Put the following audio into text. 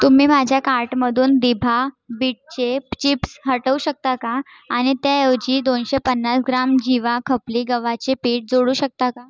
तुम्ही माझ्या कार्टमधून बिभा बीटचे चिप्स हटवू शकता का आणि त्याऐवजी दोनशे पन्नास ग्राम जिवा खपली गव्हाचे पीठ जोडू शकता का